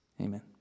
Amen